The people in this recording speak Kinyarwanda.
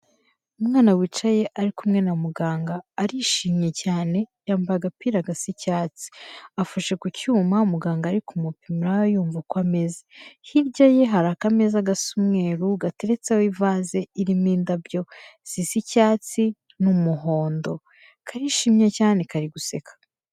Umwana wicaye ari kumwe na muganga arishimye cyane, yambaye agapira gasa icyatsi, afashe ku cyuma muganga ari kumupimiraho yumva uko ameze, hirya ye hari akameza agasa umweru gateretseho ivase irimo indabyo zisa icyatsi n'umuhondo. Karishimye cyane kari guseka.